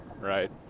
Right